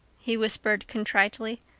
he whispered contritely.